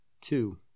Two